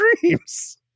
dreams